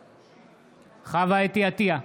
בעד חוה אתי עטייה,